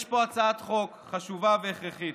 יש פה הצעת חוק חשובה והכרחית.